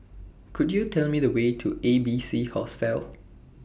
Could YOU Tell Me The Way to A B C Hostel